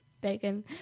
Bacon